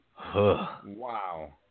Wow